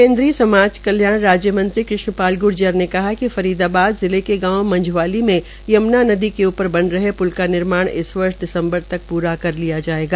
केन्द्रीय राज्य मंत्री कृष्ण पाल ग्र्जर ने कहा है कि फरीदाबाद जिले के गांव मंझवाली में यम्ना नदी के ऊपर बने रहे प्ल का निर्माण इस वर्ष दिसम्बर तक प्रा कर लिया जायेगा